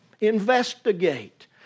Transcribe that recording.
Investigate